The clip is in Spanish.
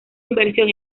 inversión